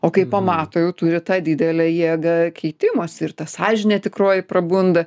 o kai pamato jau turi tą didelę jėgą keitimosi ir ta sąžinė tikroji prabunda